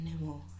anymore